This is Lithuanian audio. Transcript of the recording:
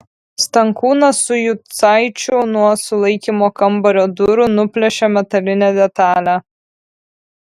stankūnas su jucaičiu nuo sulaikymo kambario durų nuplėšė metalinę detalę